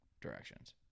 directions